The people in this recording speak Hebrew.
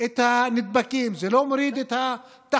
את מספר הנדבקים, זה לא מוריד את התחלואה.